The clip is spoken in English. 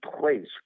place